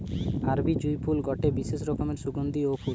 আরবি জুঁই ফুল গটে বিশেষ রকমের সুগন্ধিও ফুল